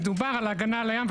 דובר על ההגנה על הים,